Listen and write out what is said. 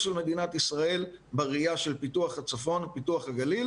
של מדינת ישראל בראייה של פיתוח הצפון ופיתוח הגליל,